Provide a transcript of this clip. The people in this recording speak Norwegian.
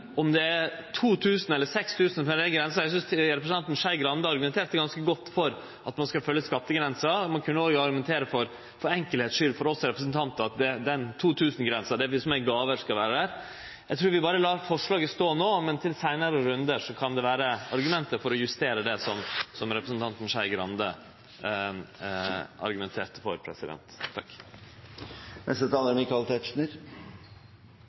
Om grensa er 2 000 kr eller 6 000 kr – eg synest representanten Skei Grande argumenterte ganske godt for at ein skal følgje skattegrensa. Ein kunne òg argumentere for – for enkelheits skyld for oss representantar – at grensa skal vere på 2 000 kr for det som gjeld gåver. Eg trur berre vi lèt forslaget stå no, men til seinare rundar kan det vere argument for å justere det, slik representanten Skei Grande argumenterte for.